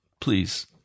Please